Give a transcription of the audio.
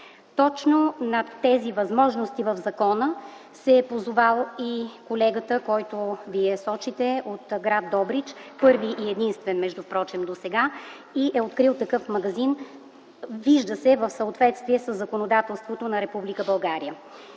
Точно на тези възможности в закона се е позовал колегата, който вие сочите, от гр. Добрич – първи и единствен между другото досега, и е открил такъв магазин, вижда се, в съответствие със законодателството на